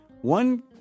One